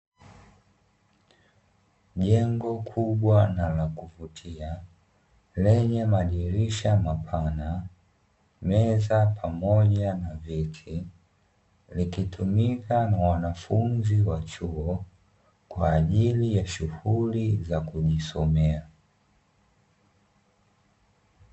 Jengo kubwa na kuvutia lenye madirisha mapana meza, pamoja na vyeti likitumika na wanafunzi wa chuo kwa ajili ya shughuli za kujisomea.